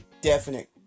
definite